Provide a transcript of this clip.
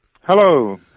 Hello